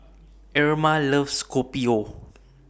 Irma loves Kopi O